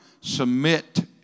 submit